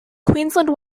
queensland